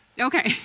Okay